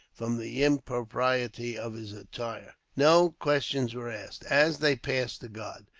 from the impropriety of his attire. no questions were asked, as they passed the guard.